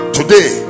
today